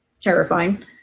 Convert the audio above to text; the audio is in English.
terrifying